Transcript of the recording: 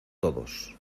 todos